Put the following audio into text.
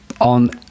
on